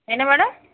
என்ன மேடம்